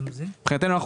מבחינתנו,